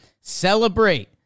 celebrate